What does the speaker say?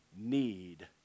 need